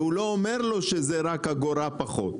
והוא לא אומר לו שזה רק אגורה פחות.